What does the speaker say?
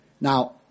Now